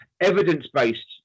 Evidence-based